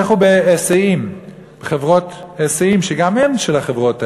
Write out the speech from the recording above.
לכו בחברות היסעים שגם הן של החברות האלה.